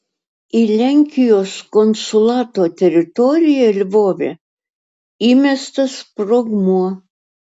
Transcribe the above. į lenkijos konsulato teritoriją lvove įmestas sprogmuo